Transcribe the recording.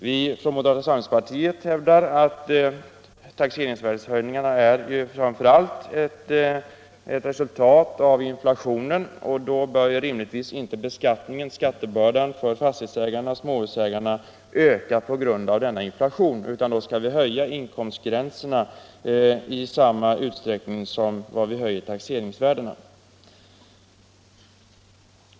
Vi från moderata samlingspartiet hävdar att taxeringsvärdehöjningarna framför allt är ett resultat av inflationen, och då bör rimligtvis inte skattebördan för fastighetsoch småhusägarna öka på grund av denna inflation, utan då skall vi höja inkomstgränserna i samma utsträckning som vi höjer taxeringsvärdena.